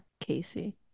casey